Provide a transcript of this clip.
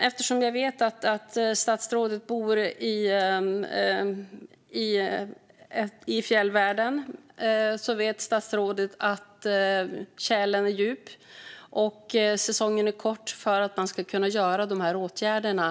Eftersom statsrådet bor i fjällvärlden vet jag att statsrådet vet att tjälen är djup och att säsongen då man kan göra det här är kort.